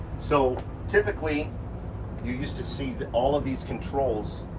so typically you used to see but all of these controls